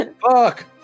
fuck